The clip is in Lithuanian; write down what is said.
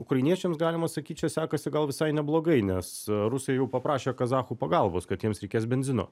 ukrainiečiams galima sakyt čia sekasi gal visai neblogai nes rusai jau paprašė kazachų pagalbos kad jiems reikės benzino